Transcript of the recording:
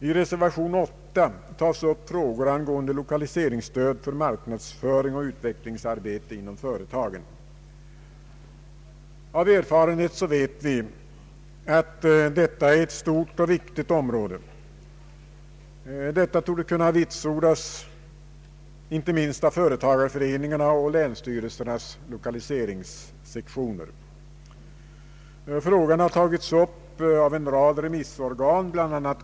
I reservation 8 tas upp frågor angående lokaliseringsstöd för marknadsföring och utvecklingsarbete inom företagen. Av erfarenhet vet vi att detta är ett stort och viktigt område. Det torde kunna vitsordas, inte minst av företagareföreningarna och länsstyrelsernas lokaliseringssektioner. Frågan har tagits upp av en rad remissorgan, bl.a.